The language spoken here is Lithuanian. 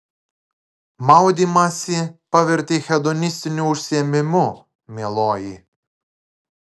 maudymąsi pavertei hedonistiniu užsiėmimu mieloji